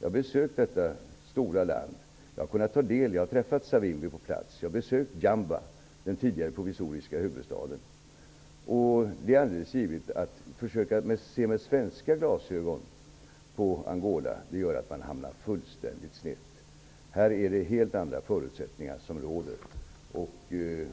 Jag har besökt detta stora land. Jag har träffat Savimbi på plats och besökt den tidigare provisoriska huvudstaden Jamba. Det är givet att man hamnar fullständigt snett om man ser genom svenska glasögon på Angola. Det råder helt andra förutsättningar där.